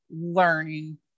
learning